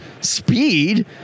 speed